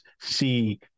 see